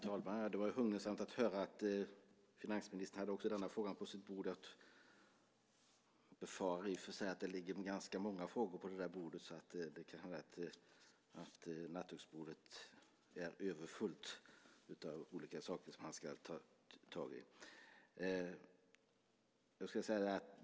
Fru talman! Det var hugnesamt att höra att finansministern också hade denna fråga på sitt bord. Jag befarar i och för sig att det ligger många frågor på det bordet. De kan vara lätt att nattduksbordet är överfullt av olika saker som han ska ta tag i.